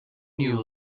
knew